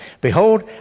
Behold